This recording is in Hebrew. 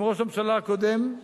עם ראש הממשלה הקודם,